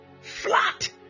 flat